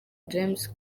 james